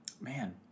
Man